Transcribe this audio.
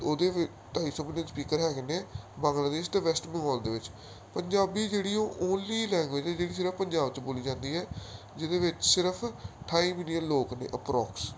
ਅਤੇ ਉਹਦੇ ਵਿ ਢਾਈ ਸੌ ਸਪੀਕਰ ਹੈਗੇ ਨੇ ਬੰਗਲਾਦੇਸ਼ ਅਤੇ ਵੈਸਟ ਬੰਗੋਲ ਦੇ ਵਿੱਚ ਪੰਜਾਬੀ ਜਿਹੜੀ ਉਹ ਓਨਲੀ ਲੈਂਗੁਏਜ ਆ ਜਿਹੜੀ ਸਿਰਫ ਪੰਜਾਬ 'ਚ ਬੋਲੀ ਜਾਂਦੀ ਹੈ ਜਿਹਦੇ ਵਿੱਚ ਸਿਰਫ ਅਠਾਈ ਮਿਲੀਅਨ ਲੋਕ ਨੇ ਅਪਰੋਕਸ